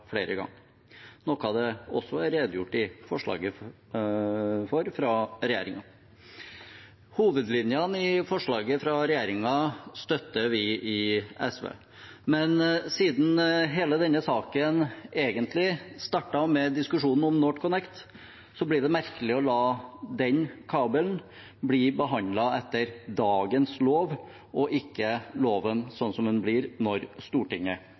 flere ganger. Noe av det er også redegjort for i forslaget fra regjeringen. Hovedlinjene i forslaget fra regjeringen støtter vi i SV. Men siden hele denne saken egentlig startet med diskusjonen om NorthConnect, blir det merkelig å la den kabelen blir behandlet etter dagens lov, ikke etter loven sånn som den blir når Stortinget